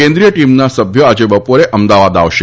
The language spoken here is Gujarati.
કેન્દ્રીય ટીમના સભ્યો આજે બપોરે અમદાવાદ આવશે